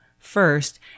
first